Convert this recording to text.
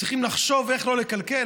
צריכים לחשוב איך לא לקלקל?